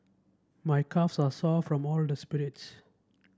my calves are sore from all the sprints